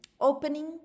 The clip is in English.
opening